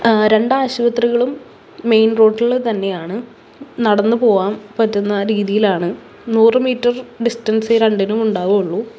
രണ്ടാശുപത്രികളും main റോട്ടിൽ തന്നെയാണ് നടന്നുപോവാം പറ്റുന്ന രീതിയിലാണ് നൂറ് മീറ്റർ ഡിസ്റ്റൻസേ ഈ രണ്ടിനും ഉണ്ടാവുള്ളു